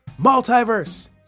multiverse